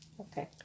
Okay